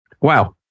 Wow